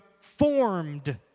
formed